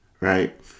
Right